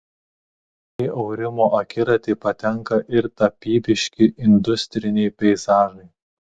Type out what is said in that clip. į aurimo akiratį patenka ir tapybiški industriniai peizažai